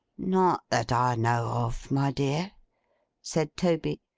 not that i know of, my dear said toby.